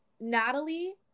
Natalie